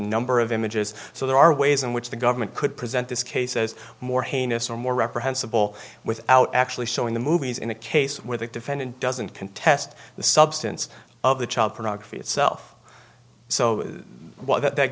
number of images so there are ways in which the government could present this case as more heinous or more reprehensible without actually showing the movies in a case where the defendant doesn't contest the substance of the child pornography itself so while th